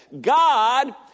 God